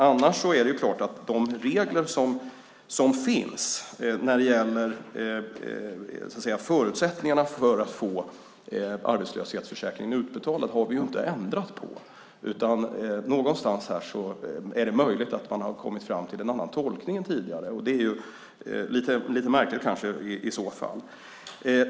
Annars är det klart att vi inte har ändrat på de regler som finns när det gäller förutsättningarna för att få arbetslöshetsförsäkringen utbetalad. Någonstans är det möjligt att man har kommit fram till en annan tolkning än tidigare, och det är i så fall lite märkligt.